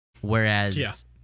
whereas